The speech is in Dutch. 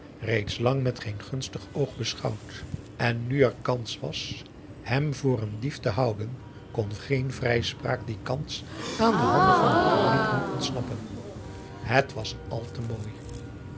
reeds lang met geen gunstig oog beschouwd en nu er kans was hem voor een dief te houden kon geen vrijspraak die kans aan de handen van het publiek doen ontsnappen het was al te mooi